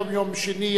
היום יום שני,